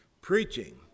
preaching